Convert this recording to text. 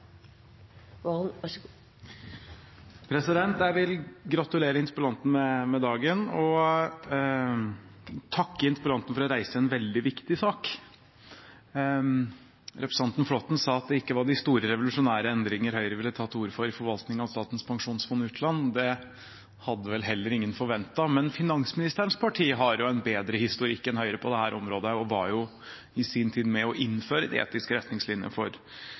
oss. Jeg vil gratulere interpellanten med dagen og takke ham for å reise en veldig viktig sak. Representanten Flåtten sa at det ikke var «de store revolusjonære endringer» Høyre ville ta til orde for i forvaltningen av Statens pensjonsfond utland. Det hadde vel heller ingen forventet. Men finansministerens parti har en bedre historikk enn Høyre på dette området og var i sin tid med på å innføre de etiske retningslinjene for